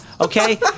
Okay